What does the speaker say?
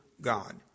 god